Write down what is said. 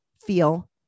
feel